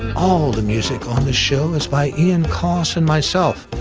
all the music on the show is by ian coss and myself,